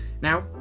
Now